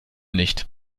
nicht